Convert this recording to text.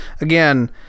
again